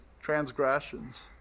transgressions